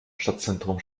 stadtzentrum